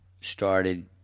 started